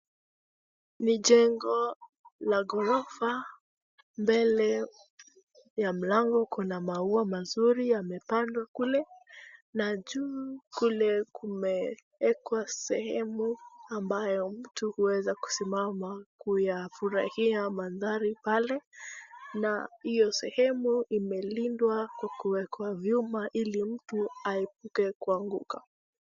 Ni jengo la ghorofa. Mbele ya mlango kuna maua mazuri yamepandwa kule na juu kule kumewekwa sehemu ambayo mtu huweza kusimama kuyafurahia mandhari pale, na hiyo sehemu imelindwa kwa kuwekwa vyuma ili mtu aepuke kuanguka.